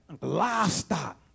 livestock